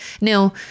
Now